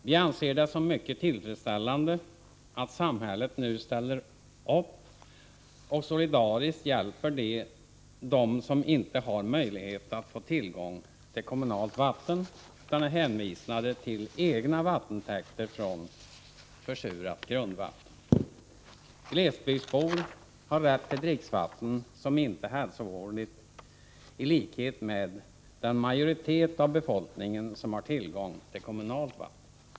Vi ser det som mycket tillfredsställande att samhället nu ställer upp och solidariskt hjälper dem som inte har möjlighet att få tillgång till kommunalt vatten utan är hänvisade till egna vattentäkter från ett försurat grundvatten. Glesbygdsbor har rätt till dricksvatten som inte är hälsovådligt i likhet med den majoritet av befolkningen som har tillgång till kommunalt vatten.